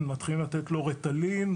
מתחילים לתת לו ריטלין,